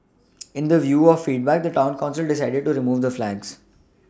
in the view of feedback the town council decided to remove the flags